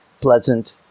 pleasant